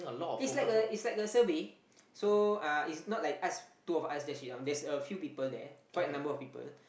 it's like a it's like a survey so uh it's not like ask two of us just sit down there's a few people there quite a number of people